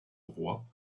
roi